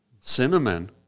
Cinnamon